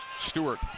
Stewart